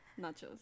nachos